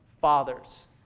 Fathers